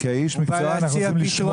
אתה לא קיבלת רשות דיבור,